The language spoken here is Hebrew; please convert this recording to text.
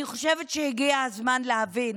אני חושבת שהגיע הזמן להבין